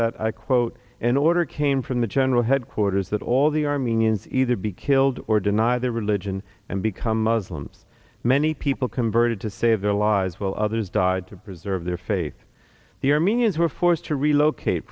that i quote an order came from the general headquarters that all the armenians either be killed or deny their religion and become muslims many people converted to save their lives while others died to preserve their faith the armenians were forced to relocate